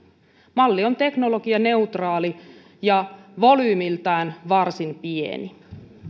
malli on teknologianeutraali ja volyymiltaan varsin pieni